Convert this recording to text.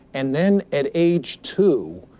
and then at age two,